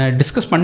discuss